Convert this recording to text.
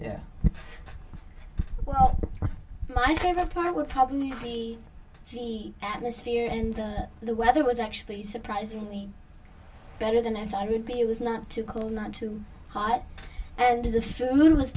yeah my favorite part would probably be c atmosphere and the weather was actually surprisingly better than i thought i would be it was not too cool not too hot and the food was